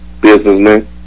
businessman